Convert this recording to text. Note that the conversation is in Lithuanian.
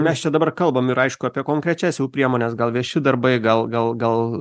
mes čia dabar kalbam iraišku apie konkrečias jau priemones gal vieši darbai gal gal gal